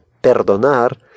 perdonar